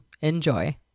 Enjoy